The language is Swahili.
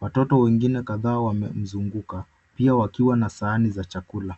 Watoto wengine kadhaa wamemzunguka, pia wakiwa na sahani za chakula.